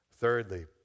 Thirdly